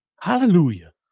Hallelujah